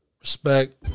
Respect